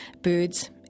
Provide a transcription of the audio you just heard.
birds